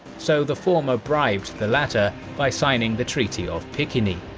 so the former bribed the latter by signing the treaty of picquigny.